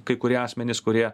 kai kurie asmenys kurie